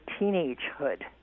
teenagehood